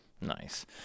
Nice